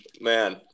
Man